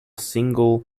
single